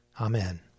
Amen